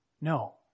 No